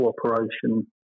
cooperation